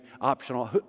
optional